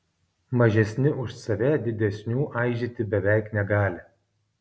mažesni už save didesnių aižyti beveik negali